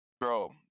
bro